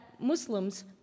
Muslims